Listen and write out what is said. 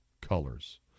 colors